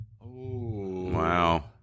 Wow